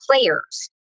players